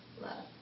love